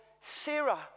Sarah